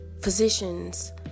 physicians